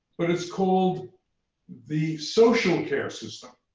but it's called the social care system.